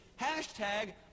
hashtag